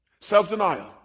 Self-denial